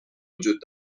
وجود